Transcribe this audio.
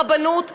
הרבנות תתייעל,